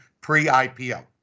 pre-IPO